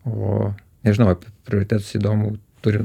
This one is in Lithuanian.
o nežinau prioritetus įdomų turi